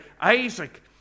Isaac